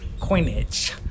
Coinage